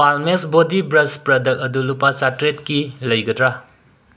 ꯄꯥꯜꯃꯦꯛꯁ body brush product ꯑꯗꯨ ꯂꯨꯄꯥ ꯆꯥꯇ꯭ꯔꯦꯠꯀꯤ ꯂꯩꯒꯗ꯭ꯔꯥ